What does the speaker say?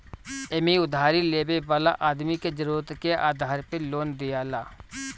एमे उधारी लेवे वाला आदमी के जरुरत के आधार पे लोन दियाला